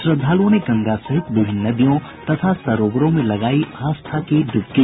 श्रद्धालुओं ने गंगा सहित विभिन्न नदियों तथा सरोवरों में लगायी आस्था की ड्बकी